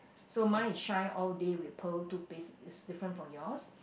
so mine is shine all day with pearl toothpaste it's different from yours